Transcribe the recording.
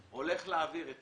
אם כבודו הולך להעביר את